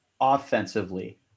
offensively